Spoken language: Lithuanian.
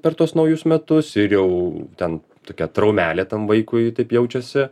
per tuos naujus metus ir jau ten tokia traumelė tam vaikui taip jaučiasi